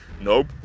nope